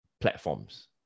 platforms